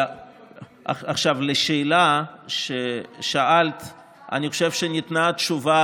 על השאלה ששאלת אני חושב שניתנה תשובה